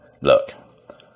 Look